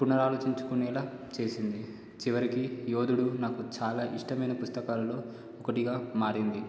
పునరాలోచించుకునేలా చేసింది చివరికి యోధుడు నాకు చాలా ఇష్టమైన పుస్తకాలలో ఒకటిగా మారింది